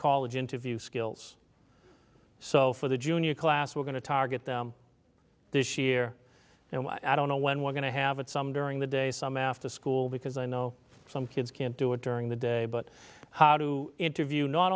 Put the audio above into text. to interview skills so for the junior class we're going to target them this year and i don't know when we're going to have it some during the day some after school because i know some kids can't do it during the day but how to interview not